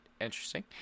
interesting